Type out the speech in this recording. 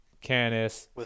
Canis